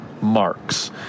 marks